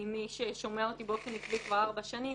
מי ששומע אותי באופן עקבי כבר ארבע שנים